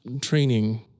training